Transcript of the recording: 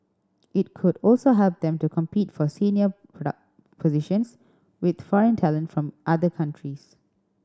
it could also help them to compete for senior product positions with foreign talent from other countries